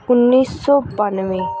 ਉੱਨੀ ਸੌ ਬਾਨਵੇਂ